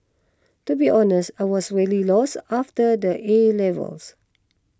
to be honest I was really lost after the A levels